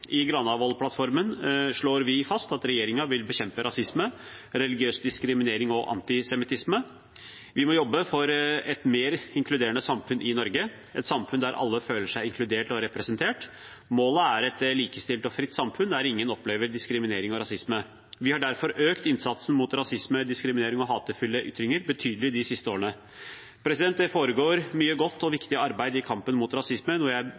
I Granavolden-plattformen slår vi fast at regjeringen vil bekjempe rasisme, religiøs diskriminering og antisemittisme. Vi må jobbe for et mer inkluderende samfunn i Norge, et samfunn der alle føler seg inkludert og representert. Målet er et likestilt og fritt samfunn der ingen opplever diskriminering og rasisme. Vi har derfor økt innsatsen mot rasisme, diskriminering og hatefulle ytringer betydelig de siste årene. Det foregår mye godt og viktig arbeid i kampen mot rasisme, noe jeg